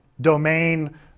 domain